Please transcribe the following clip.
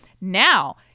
Now